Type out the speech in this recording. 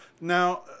now